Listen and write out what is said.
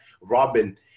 Robin